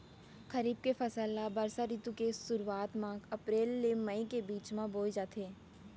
खरीफ के फसल ला बरसा रितु के सुरुवात मा अप्रेल ले मई के बीच मा बोए जाथे